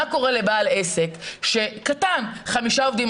מה קורה לבעל עסק קטן חמישה עובדים,